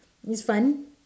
it's fun